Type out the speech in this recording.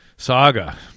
Saga